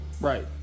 Right